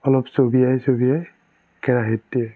অলপ চবিয়াই চবিয়াই কেৰাহিত দিয়ে